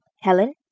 Helen